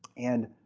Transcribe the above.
and